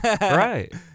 Right